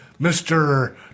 Mr